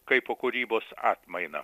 kaipo kūrybos atmaina